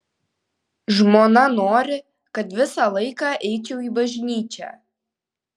žmona nori kad visą laiką eičiau į bažnyčią